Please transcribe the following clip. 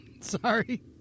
Sorry